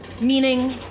meaning